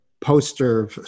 poster